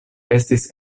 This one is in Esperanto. estis